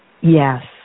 Yes